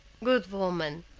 good woman,